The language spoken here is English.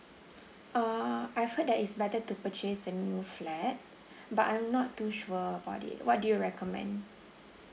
uh I've heard that is better to purchase a new flat but I'm not too sure about it what do you recommend